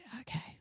okay